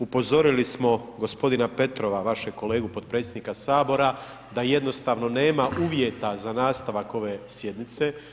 Upozorili smo g. Petrova, vašeg kolegu potpredsjednika Sabora da jednostavno nema uvjeta za nastavak ove sjednice.